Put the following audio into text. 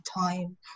time